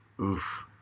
Oof